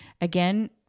again